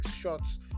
shots